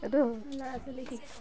এইটো